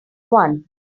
one